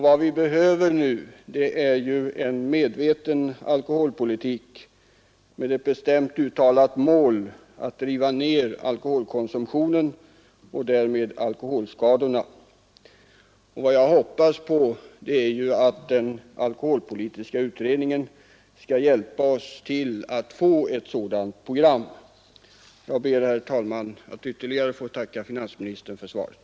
Vad vi behöver nu är en medveten alkoholpolitik med ett väsentligt uttalat mål att driva ned alkoholkonsumtionen och därmed alkoholskadorna. Vad jag hoppas på är ju att den alkoholpolitiska utredningen skall hjälpa oss till att få ett sådant program. Jag ber, herr talman, att ytterligare få tacka finansministern för svaret.